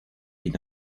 been